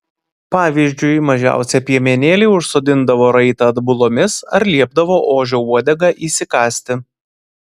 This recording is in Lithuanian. pavyzdžiui mažiausią piemenėlį užsodindavo raitą atbulomis ar liepdavo ožio uodegą įsikąsti